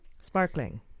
Sparkling